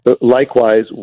Likewise